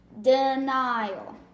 Denial